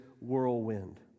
whirlwind